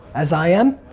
as i am,